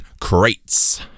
crates